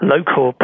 Local